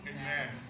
amen